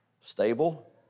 stable